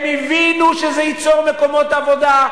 הם הבינו שזה ייצור מקומות עבודה.